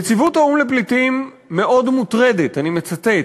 נציבות האו"ם לפליטים מאוד מוטרדת, אני מצטט,